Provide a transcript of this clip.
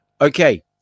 Okay